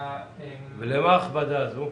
למה ההכבדה הזאת?